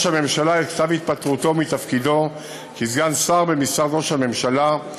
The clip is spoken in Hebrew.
הממשלה את כתב התפטרותו מתפקיד סגן שר במשרד ראש הממשלה,